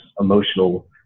emotional